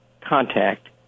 contact